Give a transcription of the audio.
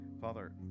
Father